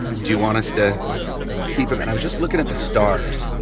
do you want us to keep him? and i was just looking at the stars.